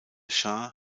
schah